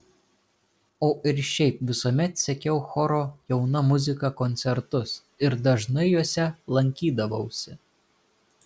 o ir šiaip visuomet sekiau choro jauna muzika koncertus ir dažnai juose lankydavausi